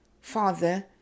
Father